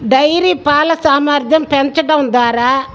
dairy పాల సామర్థ్యం పెంచడం ద్వారా